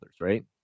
right